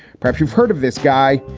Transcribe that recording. perhaps you've heard of this guy.